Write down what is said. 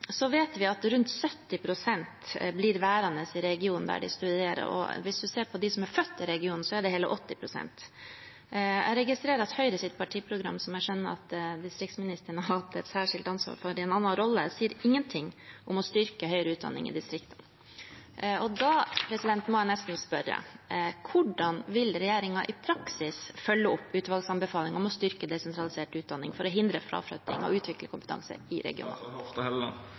Vi vet at rundt 70 pst. blir værende i regionen der de studerer. Hvis en ser på dem som er født i regionen, er det hele 80 pst. Jeg registrerer at Høyres partiprogram, som jeg skjønner distriktsministeren har hatt et særskilt ansvar for i en annen rolle, sier ingen ting om å styrke høyere utdanning i distriktene. Da må jeg nesten spørre: Hvordan vil regjeringen i praksis følge opp utvalgets anbefaling for desentralisert utdanning for å hindre fraflytting og utvikle kompetansen i